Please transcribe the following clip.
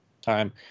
time